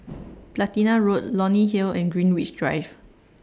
Platina Road Leonie Hill and Greenwich Drive